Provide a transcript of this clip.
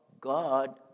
God